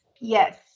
Yes